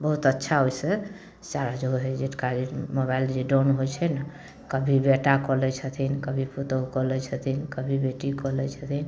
बहुत अच्छा ओहि से चार्ज हो जा है जेकरा जे मोबाइल जे डाउन होइ छै ने कभी बेटा कऽ लै छथिन कभी पुतौह कऽ लै छथिन कभी बेटी कऽ लै छथिन